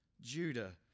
Judah